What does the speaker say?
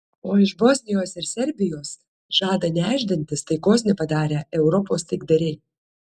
o iš bosnijos ir serbijos žada nešdintis taikos nepadarę europos taikdariai